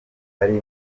ari